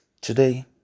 today